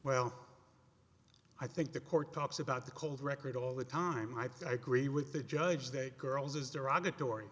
well i think the court talks about the cold record all the time i gree with the judge that girls as derogatory